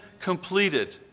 completed